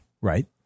Right